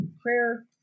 prayer